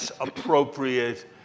appropriate